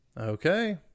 Okay